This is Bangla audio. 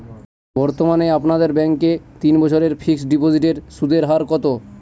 বর্তমানে আপনাদের ব্যাঙ্কে তিন বছরের ফিক্সট ডিপোজিটের সুদের হার কত?